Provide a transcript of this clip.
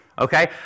Okay